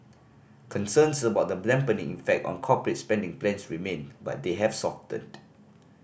concerns about the effect on corporate spending plans remain but they have softened